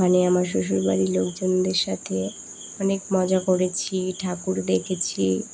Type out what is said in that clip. মানে আমার শ্বশুরবাড়ির লোকজনদের সাথে অনেক মজা করেছি ঠাকুর দেখেছি